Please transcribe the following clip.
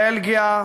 בלגיה,